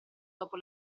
dopo